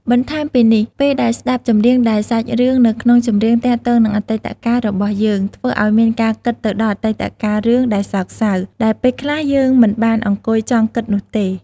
បន្ថែមពីនេះពេលដែលស្តាប់ចម្រៀងដែលសាច់រឿងនៅក្នុងចម្រៀងទាក់ទងនឹងអតីតកាលរបស់យើង ធ្វើឱ្យមានការគិតទៅកាលអតីតកាលរឿងដែលសោកសៅ ដែលពេលខ្លះយើងមិនបានអង្គុយចង់គិតនោះទេ។